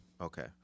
Okay